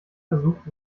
versucht